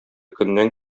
көннән